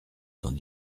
dans